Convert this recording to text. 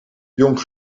jong